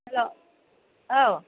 hello औ